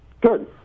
Good